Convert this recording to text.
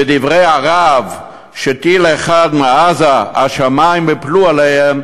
ודברי הרהב, שטיל אחד מעזה, השמים ייפלו עליהם,